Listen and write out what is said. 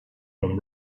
from